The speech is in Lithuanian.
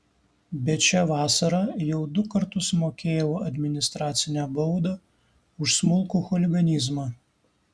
bet šią vasarą jau du kartus mokėjau administracinę baudą už smulkų chuliganizmą